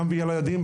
גם ילדים,